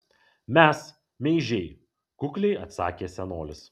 mes meižiai kukliai atsakė senolis